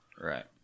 right